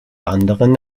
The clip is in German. anderen